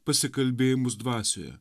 pasikalbėjimus dvasioje